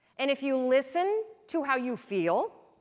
and if you listen to how you feel,